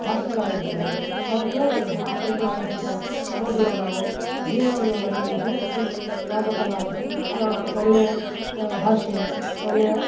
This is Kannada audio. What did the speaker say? ಭಾಷಣಗಳಾಗಿರ್ತವು ಅವು ಕೇಳ್ದಾಗ ಭಾಳ ಸಂತೋಷ ಅನ್ಸುತ್ತೆ ಹೌದಲ್ಲ ನಾವು ಜೀವನವನ್ನ ಮಾಡಿದ್ರೆ ಇದೇ ರೀತಿ ಮಾಡ್ಬೇಕಲ್ಲ ಅಂತ ಒಳ್ಳೆಯ ಭಾಷಣ ಒಳ್ಳೆಯ